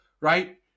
right